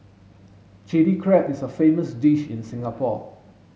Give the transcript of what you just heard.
Chilli Crab is a famous dish in Singapore